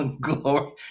glory